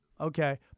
Okay